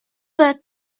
that